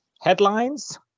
Headlines